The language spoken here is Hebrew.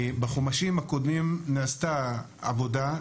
בחומשים הקודמים נעשתה עבודה,